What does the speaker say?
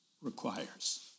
requires